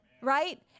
Right